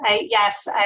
Yes